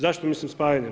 Zašto mislim spajanjem?